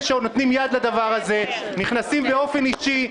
שנותנים יד לדבר הזה ונכנסים באופן אישי,